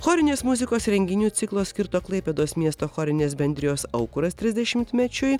chorinės muzikos renginių ciklo skirto klaipėdos miesto chorinės bendrijos aukuras trisdešimtmečiui